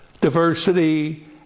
diversity